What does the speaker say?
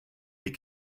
est